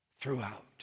Throughout